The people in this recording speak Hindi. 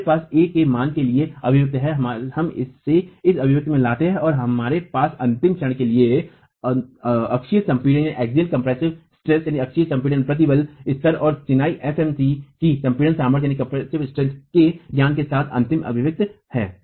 हमारे पास a के मान के लिए अभिव्यक्ति है हम इसे इस अभिव्यक्ति में लाते हैं और हमारे पास अंतिम क्षण के लिए अक्षीय संपीड़ित प्रतिबल स्तर और चिनाई fmc की संपीड़ित सामर्थ्य के ज्ञान के साथ अंतिम अभिव्यक्ति है